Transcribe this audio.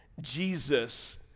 Jesus